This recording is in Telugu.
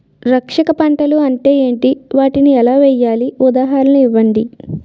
రక్షక పంటలు అంటే ఏంటి? వాటిని ఎలా వేయాలి? ఉదాహరణలు ఇవ్వండి?